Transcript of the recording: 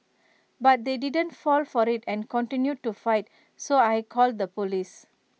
but they didn't fall for IT and continued to fight so I called the Police